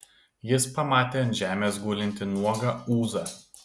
jis pamatė ant žemės gulintį nuogą ūzą